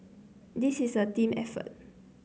this is a team effort